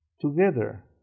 together